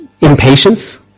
impatience